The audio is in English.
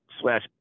slash